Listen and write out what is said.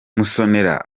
musonera